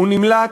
הוא נמלט,